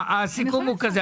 הסיכום הוא כזה.